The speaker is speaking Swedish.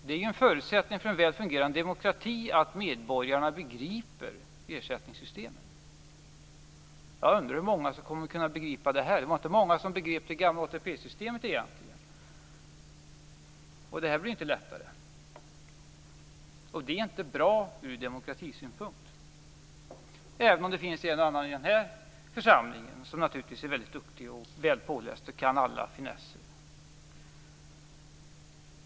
Det är en förutsättning för en väl fungerande demokrati att medborgarna begriper ersättningssystemen. Jag undrar hur många som kommer att begripa detta? Det var inte många som begrep det gamla ATP-systemet. Detta blir inte lättare. Det är inte bra ur demokratisynpunkt - även om det finns en och annan i denna församling som är duktig, väl påläst och kan alla finesser.